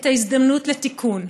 ההזדמנות לתיקון,